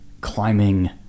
climbing